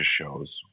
shows